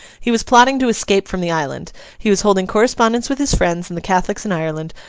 he was plotting to escape from the island he was holding correspondence with his friends and the catholics in ireland,